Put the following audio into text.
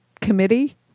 committee